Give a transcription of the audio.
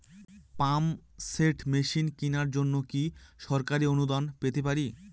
Pump set machine কেনার জন্য কি সরকারি অনুদান পেতে পারি?